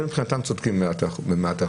הם, מבחינתם, צודקים במאה אחוז.